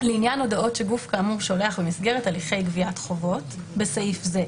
לעניין הודעות שגוף כאמור שולח במסגרת הליכי גביית חובות (בסעיף זה,